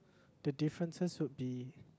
the differences would be